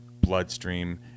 bloodstream